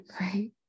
Right